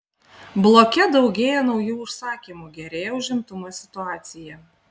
bloke daugėja naujų užsakymų gerėja užimtumo situacija